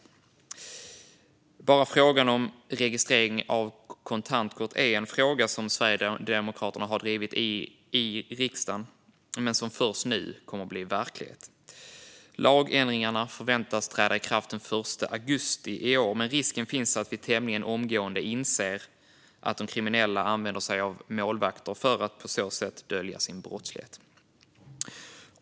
Exempelvis frågan om registrering av kontantkort är en fråga som Sverigedemokraterna har drivit i riksdagen men som först nu kommer att bli verklighet. Lagändringarna förväntas träda i kraft den 1 augusti i år, men risken finns att vi tämligen omgående inser att de kriminella använder sig av målvakter för att på så sätt dölja sin brottslighet.